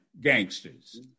gangsters